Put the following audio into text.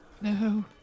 no